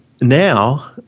now